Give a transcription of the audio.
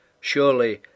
Surely